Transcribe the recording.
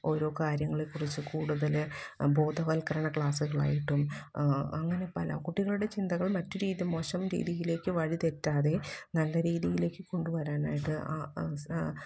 ഓരോ കാര്യങ്ങളെ കുറിച്ച് കൂടുതൽ ബോധവല്ക്കരണ ക്ലാസ്സുകളായിട്ടും അങ്ങനെ പല കുട്ടികളുടെ ചിന്തകള് മറ്റു രീതിയില് മോശം രീതിയിലേക്ക് വഴിതെറ്റാതെ നല്ല രീതിയിലേക്ക് കൊണ്ടുവരാനായിട്ട്